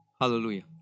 Hallelujah